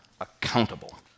accountable